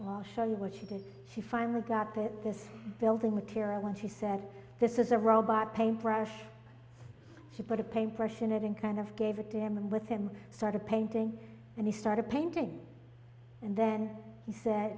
said i'll show you what she did she finally got it this building material and she said this is a robot paintbrush he put a paintbrush in it and kind of gave a damn with him started painting and he started painting and then he said